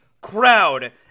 crowd